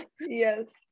Yes